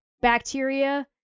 bacteria